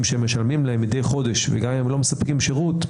שמשלמים להם מדי חודש וגם אם הם לא מספקים שירות,